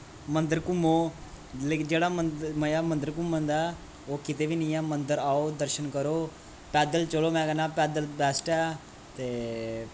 मन्दर घूमो लेकिन जेह्ड़ा मंद मज़ा मन्दर घूमन दा ऐ ओह् किते बी निं ऐ मन्दर आओ दर्शन करो पैदल चलो में कैह्न्ना पैदल बैस्ट ऐ ते